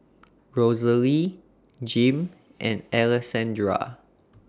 Rosalie Jim and Alessandra